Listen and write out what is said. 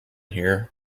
here